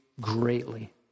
greatly